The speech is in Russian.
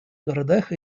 городах